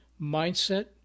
mindset